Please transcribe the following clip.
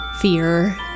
fear